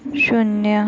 शून्य